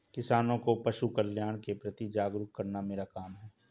किसानों को पशुकल्याण के प्रति जागरूक करना मेरा काम है